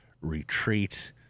retreat